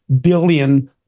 billion